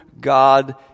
God